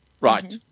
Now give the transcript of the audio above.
Right